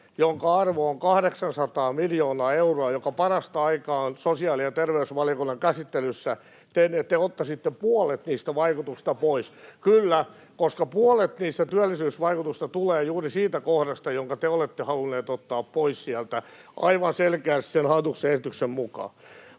jonka arvo on 800 miljoonaa euroa ja joka parasta aikaa on sosiaali- ja terveysvaliokunnan käsittelyssä, te ottaisitte puolet niistä vaikutuksista pois. [Eduskunnasta: Ei pidä paikkaansa!] — Kyllä, koska puolet niistä työllisyysvaikutusta tulee juuri siitä kohdasta, jonka te olette halunneet ottaa pois sieltä, aivan selkeästi hallituksen esityksen mukaan.